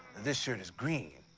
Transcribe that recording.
this shirt is green,